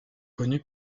connu